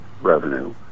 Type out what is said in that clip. revenue